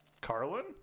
Carlin